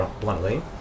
bluntly